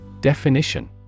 Definition